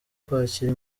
kwakira